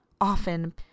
often